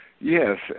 Yes